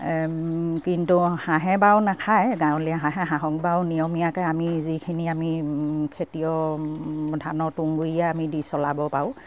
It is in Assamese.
কিন্তু হাঁহে বাৰু নাখায় গাঁৱলীয়া হাঁহে হাঁহক বাৰু নিয়মীয়াকে আমি যিখিনি আমি খেতিয় ধানৰ তুঁহগুৰিয়ে আমি দি চলাব পাৰোঁ